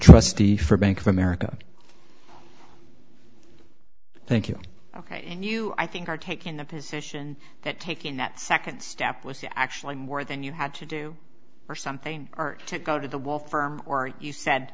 trustee for bank of america thank you ok and you i think are taking the position that taking that second step was actually more than you had to do or something art to go to the wall for you said